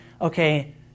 okay